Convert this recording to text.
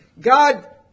God